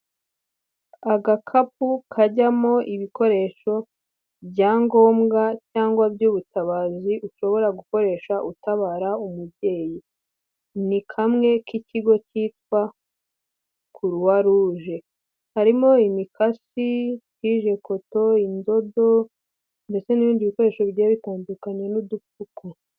Agakapu kajyamo ibikoresho bya ngombwa cyangwa by'ubutabazi ushobora gukoresha utabara umubyeyi, ni kamwe k'ikigo kitwa croix rouge, harimo imikasi tijekuto, indodo ndetse n'ibindi bikoresho bigiye bitandukanye n'udupfuko.